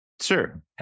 Sure